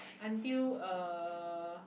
until uh